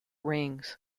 rings